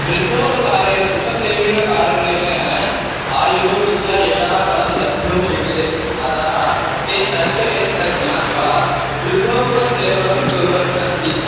वृद्धोपकारे उपसेविनः कारणेन आयुः विद्या यशः बलं लब्धुं शक्यते अतः ते सर्वे तत् ज्ञात्वा वृद्धोपसेवनं कुर्वन् अस्ति